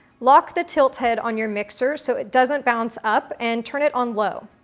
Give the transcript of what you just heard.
lock the tilt head on your mixer, so it doesn't bounce up and turn it on low.